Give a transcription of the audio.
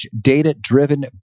data-driven